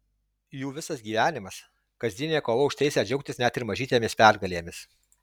jų visas gyvenimas kasdieninė kova už teisę džiaugtis net ir mažytėmis pergalėmis